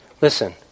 listen